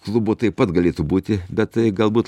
klubo taip pat galėtų būti bet tai galbūt